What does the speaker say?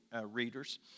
readers